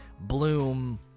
Bloom